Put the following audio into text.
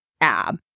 ab